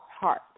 heart